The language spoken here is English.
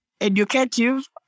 educative